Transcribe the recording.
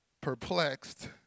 perplexed